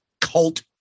cult